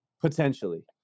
Potentially